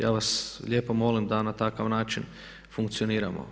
Ja vas lijepo molim da na takav način funkcioniramo.